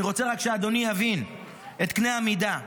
אני רק רוצה שאדוני יבין את קנה המידה.